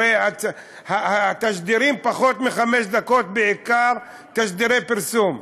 הרי התשדירים שהם פחות מחמש דקות הם בעיקר תשדירי פרסום.